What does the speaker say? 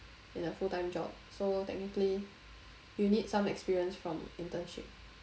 in a full time job so technically you need some experience from internship